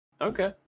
Okay